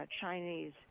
Chinese